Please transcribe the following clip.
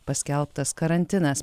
paskelbtas karantinas